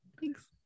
Thanks